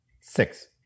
Six